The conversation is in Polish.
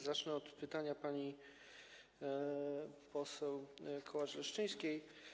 Zacznę od pytania pani poseł Kołacz-Leszczyńskiej.